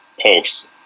Pulse